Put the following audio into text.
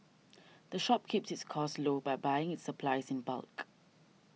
the shop keeps its costs low by buying its supplies in bulk